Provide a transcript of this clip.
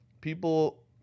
people